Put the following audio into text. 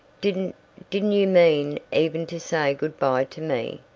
didn't didn't you mean even to say goodby to me,